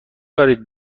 دارید